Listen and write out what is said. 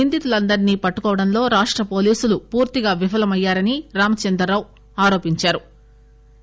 నిందితులందర్పి పట్లుకోవడంలో రాష్ట పోలీసులు పూర్తిగా విఫలమయ్యారని రాంచందర్ రావు ఆరోపించారు